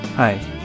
Hi